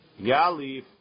Yalif